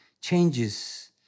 changes